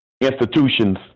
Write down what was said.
institutions